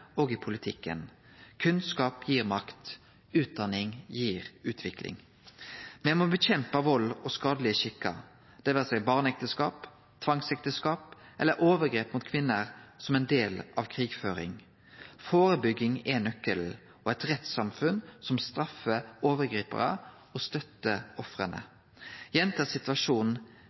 og i politikken. Kunnskap gir makt. Utdanning gir utvikling. Me må kjempe mot vald og skadelege skikkar, det vere seg barneekteskap, tvangsekteskap eller overgrep mot kvinner som del av krigføring. Førebygging er nøkkelen – og eit rettssamfunn som straffar overgriparar og